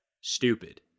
stupid